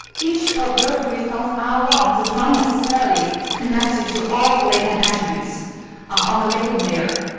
each observed response, r one, does not necessarily connect you to all the latent attributes on the latent layer.